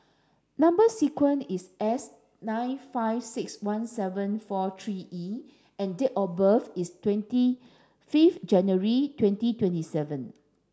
number sequence is S nine five six one seven four three E and date of birth is twenty fifth January twenty twenty seven